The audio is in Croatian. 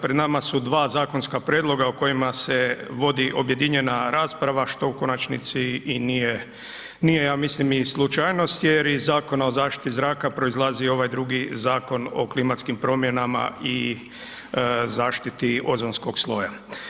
Pred nama su dva zakonska prijedloga o kojima se vodi objedinjena rasprava što u konačnici i nije ja mislim slučajnost jer iz Zakona o zaštiti zraka proizlazi ovaj drugi Zakon o klimatskim promjenama i zaštiti ozonskog sloja.